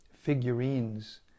figurines